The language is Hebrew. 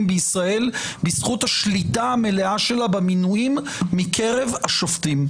בישראל בזכות השליטה המלאה שלה במינויים מקרב השופטים.